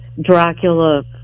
Dracula